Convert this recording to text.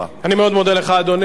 אני מאוד מודה לך, אדוני.